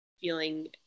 feeling